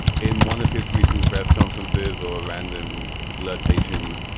in one of his recent press conferences or random flirtations,